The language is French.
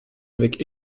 avec